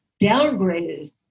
downgraded